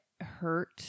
hurt